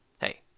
hey